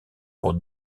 pour